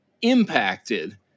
impacted